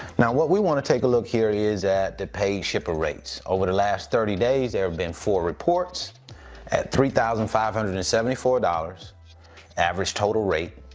now, what we wanna take a look here is at the pay shipper rates. over the last thirty days, there have been four reports at three thousand five hundred and seventy four dollars average total rate,